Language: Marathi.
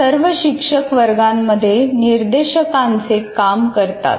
सर्व शिक्षक वर्गांमध्ये निर्देशांकाचे काम करतात